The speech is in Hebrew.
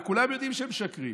וכולם יודעים שהם משקרים,